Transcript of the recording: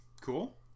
Cool